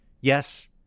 yes